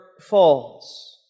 falls